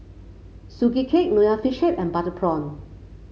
Sugee Cake Nonya Fish Head and Butter Prawn